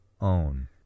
own